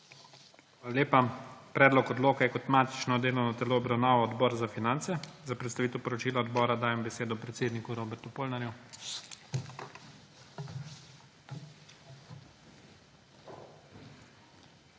lepa. Predlog zakona je kot matično delovno telo obravnaval Odbor za finance. Za predstavitev poročila odbora dajem besedo predsedniku Robertu Polnarju. ROBERT